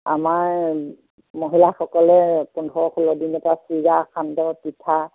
আমাৰ মহিলাসকলে পোন্ধৰ ষোল্ল দিনৰ পৰা চিৰা সান্দহ পিঠা